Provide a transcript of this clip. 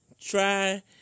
try